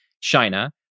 China